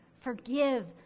forgive